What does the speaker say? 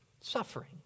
suffering